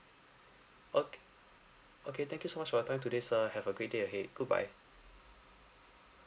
ok~ okay thank you so much for your time today sir have a great day ahead goodbye